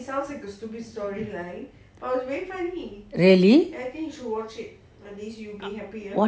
really